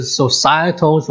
societal